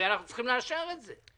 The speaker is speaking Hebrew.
הרי אנחנו צריכים לאשר את זה.